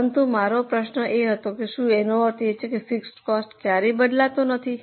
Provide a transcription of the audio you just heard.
પરંતુ મારો પ્રશ્ન એ હતો કે શું તેનો અર્થ એ છે કે ફિક્સડ કોસ્ટ ક્યારેય બદલાતો નથી